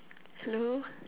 hello